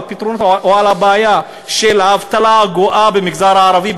פתרונות או על הבעיה של האבטלה הגואה במגזר הערבי,